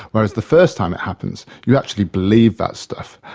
whereas the first time it happens you actually believe that stuff.